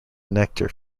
nectar